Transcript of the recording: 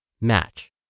Match